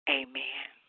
amen